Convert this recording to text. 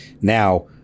Now